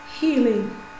healing